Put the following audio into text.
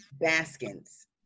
Baskins